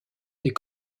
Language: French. des